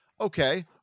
okay